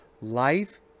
Life